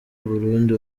burundi